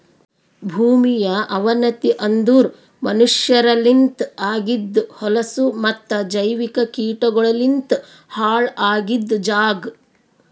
ಭೂಮಿಯ ಅವನತಿ ಅಂದುರ್ ಮನಷ್ಯರಲಿಂತ್ ಆಗಿದ್ ಹೊಲಸು ಮತ್ತ ಜೈವಿಕ ಕೀಟಗೊಳಲಿಂತ್ ಹಾಳ್ ಆಗಿದ್ ಜಾಗ್